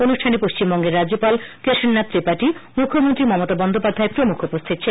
অনুষ্ঠানে পশ্চিমবঙ্গের রাজ্যপাল কেশরিনাথ ত্রিপাঠি মুখ্যমন্ত্রী মমতা বন্দ্যোপাধ্যায় প্রমুখ উপস্হিত ছিলেন